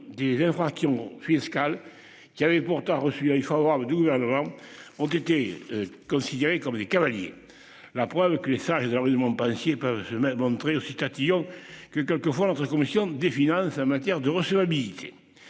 des infractions fiscales qui avait pourtant reçu, il faut avoir le Doubs. Ont été considérées comme des cavaliers. La preuve que les salariés de la rue de Montpensier peuvent se montrer aussi tatillon que quelques fois notre commission des finances a matière de recevabilité.